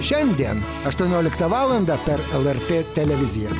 šiandien aštuonioliktą valandą per lrt televiziją